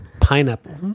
Pineapple